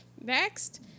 Next